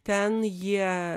ten jie